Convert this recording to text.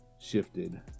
shifted